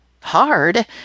hard